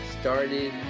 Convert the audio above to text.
started